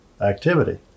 activity